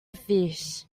fish